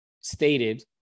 stated